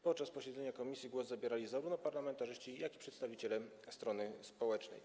Podczas posiedzenia komisji głos zabierali zarówno parlamentarzyści, jak i przedstawiciele strony społecznej.